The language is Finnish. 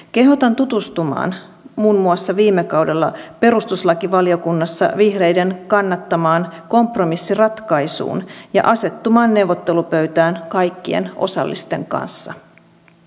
kehotan tutustumaan muun muassa viime kaudella perustuslakivaliokunnassa vihreiden kannattamaan kompromissiratkaisuun ja asettumaan neuvottelupöytään kaikkien osallisten kanssa